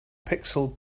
pixel